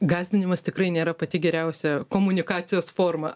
gąsdinimas tikrai nėra pati geriausia komunikacijos forma